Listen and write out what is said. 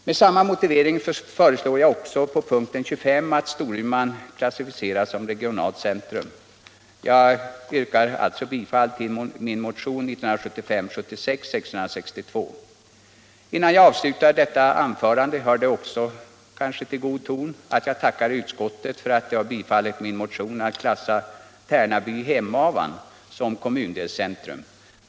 Med samma motivering föreslår jag också under punkten 25 att Storuman klassificeras som regionalt centrum. Jag yrkar alltså bifall till min motion 1975 Hemavan som kommundelscentrum.